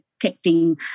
protecting